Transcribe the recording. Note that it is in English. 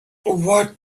what